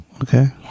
okay